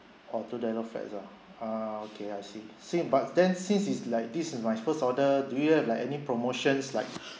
oh through dialogue fax ah ah okay I see sin~ but then since is like this is my first order do you have like any promotions like